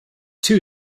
two